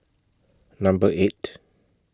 Number eight